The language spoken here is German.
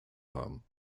haben